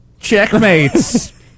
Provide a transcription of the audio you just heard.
checkmates